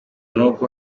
n’uko